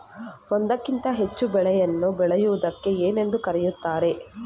ಒಂದಕ್ಕಿಂತ ಹೆಚ್ಚು ಬೆಳೆಗಳನ್ನು ಬೆಳೆಯುವುದಕ್ಕೆ ಏನೆಂದು ಕರೆಯುತ್ತಾರೆ?